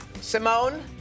Simone